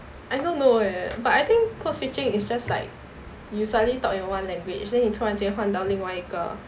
I don't know eh but I think code switching is just like you suddenly talk in one language then you 突然间换到另外一个